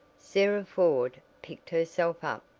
sarah ford picked herself up.